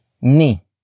Ni